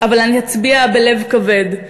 אבל אני אצביע בלב כבד.